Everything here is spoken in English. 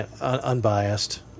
unbiased